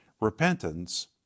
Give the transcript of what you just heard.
Repentance